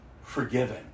forgiven